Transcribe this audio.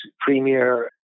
premier